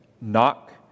Knock